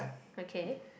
okay